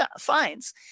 Fines